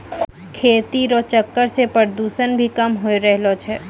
खेती रो चक्कर से प्रदूषण भी कम होय रहलो छै